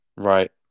right